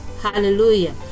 Hallelujah